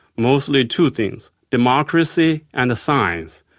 mostly two things democracy and science.